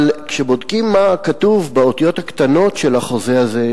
אבל כשבודקים מה כתוב באותיות הקטנות של החוזה הזה,